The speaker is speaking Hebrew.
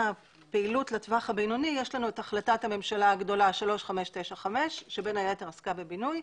בטווח הבינוני יש החלטת הממשלה הגדולה 3595 שבין היתר עסקה בבינוי.